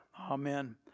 Amen